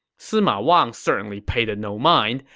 sima wang certainly paid it no mind,